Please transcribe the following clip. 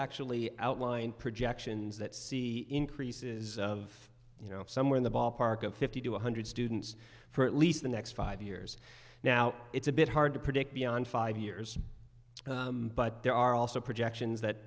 actually outline projections that see increases of you know somewhere in the ballpark of fifty to one hundred students for at least the next five years now it's a bit hard to predict beyond five years but there are also projections that